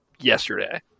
yesterday